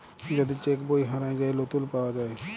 যদি চ্যাক বই হারাঁয় যায়, লতুল পাউয়া যায়